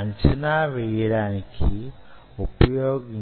అంచనా వెయ్యడానికి ఉపయోగించే పరికరం